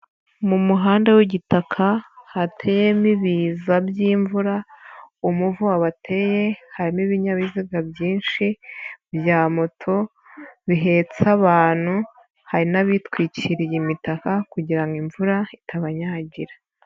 Mu muhanda w'igitaka hateyemo ibiza by'imvura, umuvu wabateye, harimo ibinyabiziga byinshi bya moto bihetsa abantu, hari n'abitwikiriye imitaka kugira ngo imvura itabanyagira.